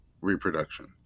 reproduction